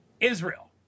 Israel